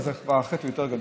אז כבר החטא הוא יותר גדול.